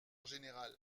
général